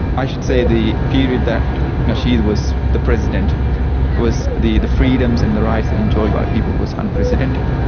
i should say the period that nasheed was the president was, the the freedoms and the rights enjoyed by people was unprecedented.